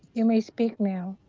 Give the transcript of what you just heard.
you may speak now.